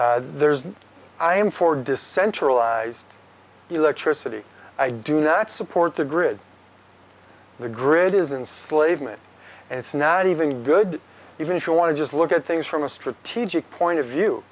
mainstream i am for decentralized electricity i do not support the grid the grid isn't slave and it's not even good even if you want to just look at things from a strategic point of view